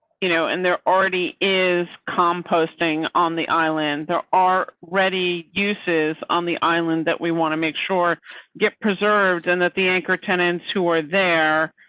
you know, and they're already is com posting on the island. there are ready uses on the island that we want to make sure get preserved. and that the anchor tenants who are there.